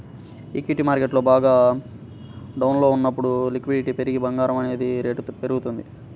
equity market బాగా డౌన్లో ఉన్నప్పుడు లిక్విడిటీ పెరిగి బంగారం అనేది రేటు పెరుగుతుంది